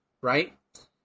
right